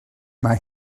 mae